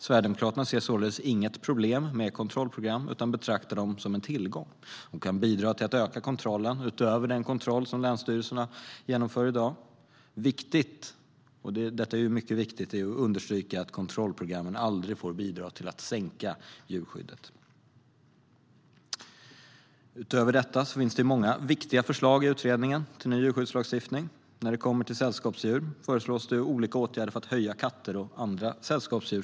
Sverigedemokraterna ser således inget problem med kontrollprogram utan betraktar dem som en tillgång. De kan bidra till att öka kontrollen, utöver den kontroll som länsstyrelserna genomför i dag. Det är mycket viktigt att understryka att kontrollprogrammen aldrig får bidra till att minska djurskyddet. Utöver detta finns det många viktiga förslag i utredningen till ny djurskyddslagstiftning. När det kommer till sällskapsdjur föreslås olika åtgärder för att höja statusen för katter och andra sällskapsdjur.